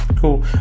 Cool